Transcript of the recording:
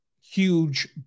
huge